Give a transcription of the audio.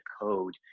code